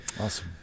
Awesome